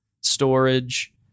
storage